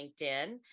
LinkedIn